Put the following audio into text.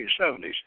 1970s